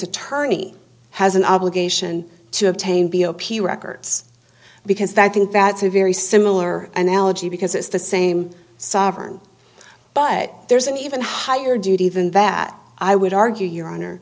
attorney has an obligation to obtain b o p records because that i think that's a very similar an allergy because it's the same sovern but there's an even higher duty than that i would argue your honor